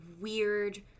weird